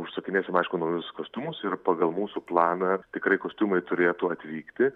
užsakinėsim aišku naujus kostiumus ir pagal mūsų planą tikrai kostiumai turėtų atvykti